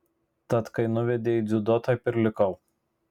tad kai nuvedė į dziudo taip ir likau